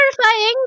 Terrifying